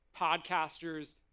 podcasters